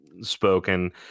spoken